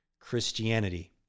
Christianity